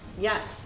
Yes